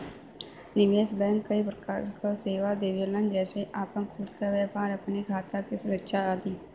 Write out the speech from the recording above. निवेश बैंकिंग कई प्रकार क सेवा देवलन जेसे आपन खुद क व्यापार, अपने खाता क सुरक्षा आदि